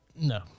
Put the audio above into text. No